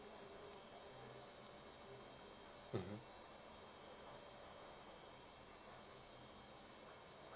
mmhmm